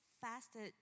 fasted